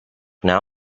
now